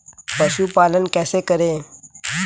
पशुपालन कैसे करें?